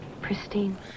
pristine